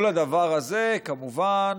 כל הדבר הזה כמובן